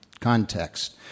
context